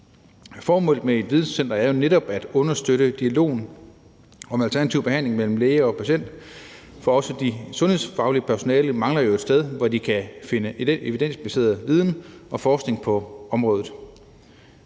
Formålet med et videncenter er jo netop at understøtte dialogen om alternativ behandling mellem læge og patient, for også det sundhedsfaglige personale mangler jo et sted, hvor det kan finde evidensbaseret viden og forskning på området.